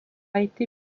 été